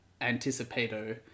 anticipato